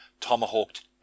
tomahawked